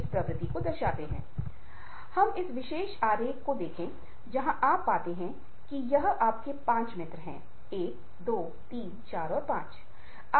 और 60 वर्षों के बाद मस्तिष्क के कुछ तरल पदार्थों की सूखापन के कारण यह धीरे धीरे बहुत कम नहीं होता है जबकि पूरे जीवन में भावनात्मक बुद्धिमत्ता बढ़ती है